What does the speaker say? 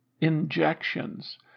injections